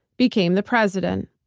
became the president.